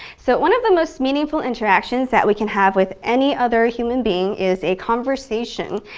so one of the most meaningful interactions that we can have with any other human being is a conversation.